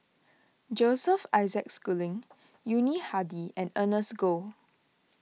Joseph Isaac Schooling Yuni Hadi and Ernest Goh